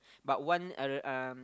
but one uh um